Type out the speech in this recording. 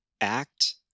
act